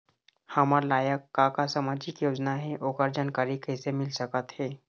हमर लायक का का सामाजिक योजना हे, ओकर जानकारी कइसे मील सकत हे?